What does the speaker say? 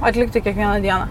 atlikti kiekvieną dieną